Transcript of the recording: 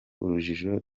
urujijo